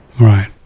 Right